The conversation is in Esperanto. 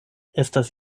estas